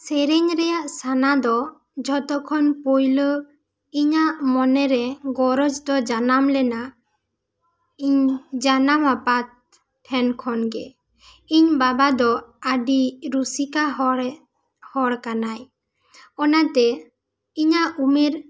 ᱥᱮᱨᱮᱧ ᱨᱮᱭᱟᱜ ᱥᱟᱱᱟ ᱫᱚ ᱡᱷᱚᱛᱚ ᱠᱷᱚᱱ ᱯᱩᱭᱞᱩ ᱤᱧᱟᱹᱜ ᱢᱚᱱᱮ ᱨᱮ ᱜᱚᱨᱚᱡᱽ ᱫᱚ ᱡᱟᱱᱟᱢ ᱞᱮᱱᱟ ᱤᱧ ᱡᱟᱱᱟᱢ ᱟᱯᱟᱛ ᱴᱷᱮᱱ ᱠᱷᱚᱱ ᱜᱮ ᱤᱧ ᱵᱟᱵᱟ ᱫᱚ ᱟᱹᱰᱤ ᱨᱩᱥᱤᱠᱟ ᱦᱚᱲᱮ ᱦᱚᱲ ᱠᱟᱱᱟᱭ ᱚᱱᱟᱛᱮ ᱤᱧᱟᱹᱜ ᱩᱢᱮᱹᱨ